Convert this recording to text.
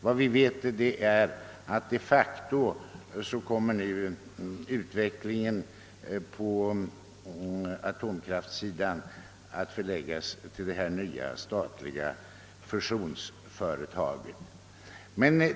Vad vi vet är att utvecklingen på atomkraftssidan kommer att förläggas till det nya halvstatliga fusionsföretaget.